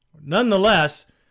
Nonetheless